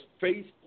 faith